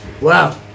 Wow